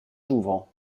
jouvent